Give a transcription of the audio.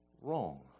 wrong